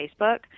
Facebook